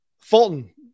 Fulton